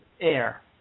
air